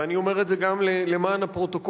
ואני אומר את זה גם למען הפרוטוקול,